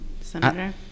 senator